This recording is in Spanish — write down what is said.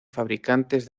fabricantes